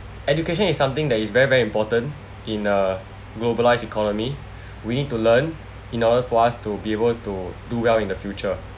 education is something that is very very important in a globalized economy we need to learn in order for us to be able to do well in the future